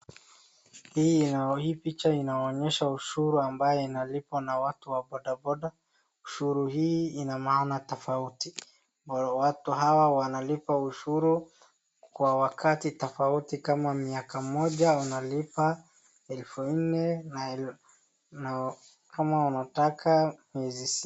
Hii picha inaonyesha ushuri ambao unalipwa na watu wa bodaboda. Ushuri hii ina maana tofauti, watu hawa wanalipa ushuri kwa wakati tofauti kama mwaka mmoja wanalipa elfu nne na kama wanataka miezi sita.